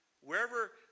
wherever